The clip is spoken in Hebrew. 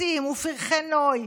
עצים ופרחי נוי,